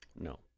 No